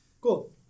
cool